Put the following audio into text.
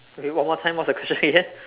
okay one more time what's the question again